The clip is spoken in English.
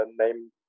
name